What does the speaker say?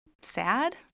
sad